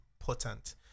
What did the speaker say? important